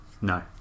No